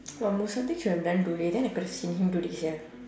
!wah! musodiq should have done today then we could have seen him today sia